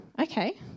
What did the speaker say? okay